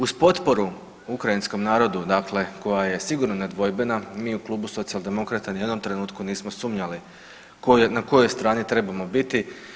Uz potporu ukrajinskom narodu dakle koja je sigurno nedvojbena mi u klubu Socijaldemokrata ni u jednom trenutku nismo sumnjali na kojoj strani trebamo biti.